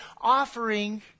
offering